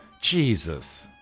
Jesus